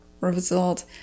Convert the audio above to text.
result